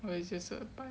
whereas 就是